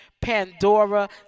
Pandora